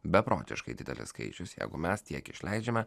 beprotiškai didelis skaičius jeigu mes tiek išleidžiame